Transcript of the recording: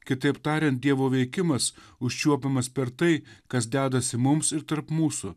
kitaip tariant dievo veikimas užčiuopiamas per tai kas dedasi mums ir tarp mūsų